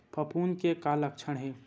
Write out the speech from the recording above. फफूंद के का लक्षण हे?